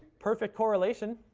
perfect correlation,